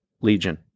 Legion